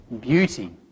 beauty